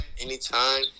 Anytime